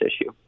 issue